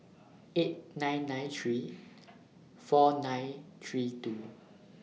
eight nine nine three four nine three two